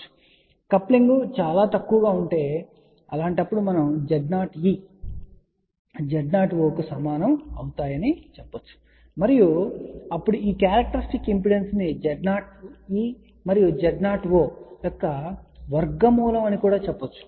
కాబట్టి కప్లింగ్ చాలా తక్కువగా ఉంటే అలాంటప్పుడు మనం Z0e Z0o కు సమానం అవుతాయని చెప్పగలం మరియు అప్పుడు మీరు క్యారెక్టర్స్టిక్ ఇంపెడెన్స్ ను Z0e మరియు Z0o యొక్క వర్గమూలం అని చెప్పవచ్చు